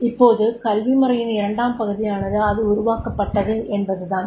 இப்போது கல்வி முறையின் 2 ம் பகுதியானது அது எவ்வாறு உருவாக்கப்பட்டது என்பதுதான்